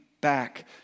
back